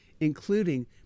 including